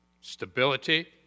stability